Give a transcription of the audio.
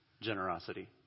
generosity